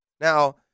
Now